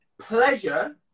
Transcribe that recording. pleasure